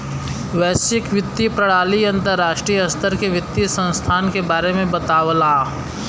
वैश्विक वित्तीय प्रणाली अंतर्राष्ट्रीय स्तर के वित्तीय संस्थान के बारे में बतावला